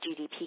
GDP